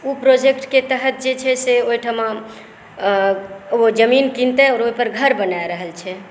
उ प्रोजेक्टकेँ तहत जे छै से ओइठमा ओ जमीन किनतय और ओईपर घर बना रहल छै